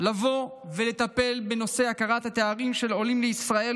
לבוא ולטפל בנושא ההכרה בתארים של עולים לישראל,